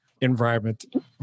environment